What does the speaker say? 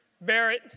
barrett